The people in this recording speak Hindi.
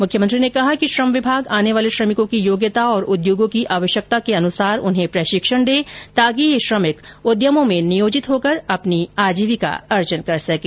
मुख्यमंत्री ने कहा कि श्रम विभाग आने वाले श्रमिकों की योग्यता एवं उद्योगों की आवश्यकता के अनुरूप उन्हें प्रशिक्षण प्रदान करे ताकि ये श्रमिक उद्यमों में नियोजित होकर अपनी आजीविका अर्जन कर सकें